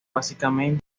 básicamente